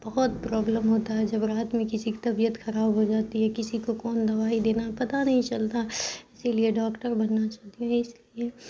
بہت پرابلم ہوتا ہے جب رات میں کسی کی طبیعت خراب ہو جاتی ہے کسی کو کون دوائی دینا پتا نہیں چلتا اسی لیے ڈاکٹر بننا چاہتی ہوں اس لیے